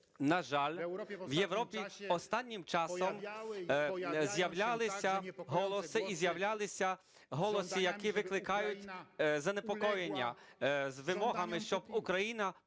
На жаль, в Європі останнім часом і з'являлися голоси, які викликають занепокоєння, з вимогами, щоб Україна